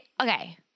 okay